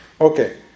Okay